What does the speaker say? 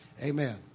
Amen